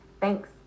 Thanks